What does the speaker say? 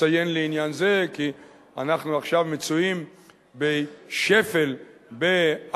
אציין לעניין זה כי אנחנו עכשיו מצויים בשפל באבטלה,